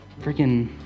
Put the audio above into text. freaking